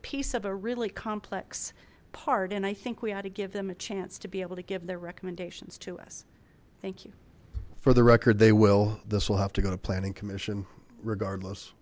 piece of a really complex part and i think we ought to give them a chance to be able to give their recommendations to us thank you for the record they will this will have to go to planning commission regardless